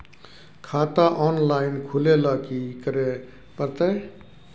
खाता ऑनलाइन खुले ल की करे परतै?